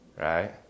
Right